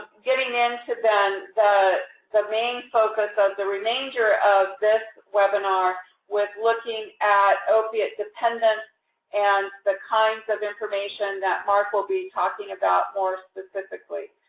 getting into the main focus of the remainder of this webinar with looking at opiate dependence and the kinds of information that mark will be talking about more specifically.